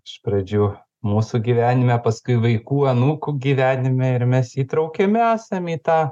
iš pradžių mūsų gyvenime paskui vaikų anūkų gyvenime ir mes įtraukiami esam į tą